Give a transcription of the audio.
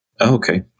Okay